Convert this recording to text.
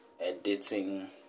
editing